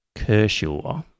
Kershaw